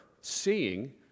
seeing